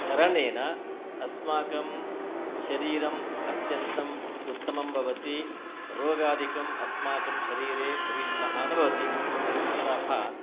धरणेन अस्माकं शरीरम् अत्यन्तम् उत्तमं भवति रोगादिकम् अस्माकं शरीरे प्रविष्टाः न भवति अतः